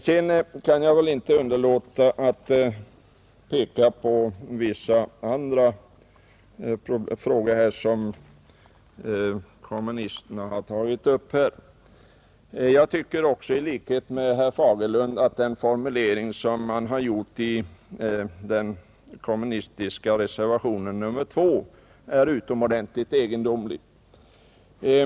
Jag kan inte underlåta att peka även på vissa andra frågor som kommunisterna har tagit upp. I likhet med herr Fagerlund tycker jag att formuleringen i den kommunistiska reservationen 2 är utomordentligt egendomlig.